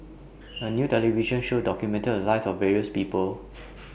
A New television Show documented The Lives of various People